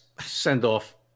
send-off